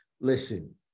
listen